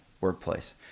workplace